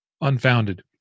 unfounded